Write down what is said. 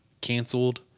canceled